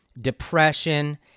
depression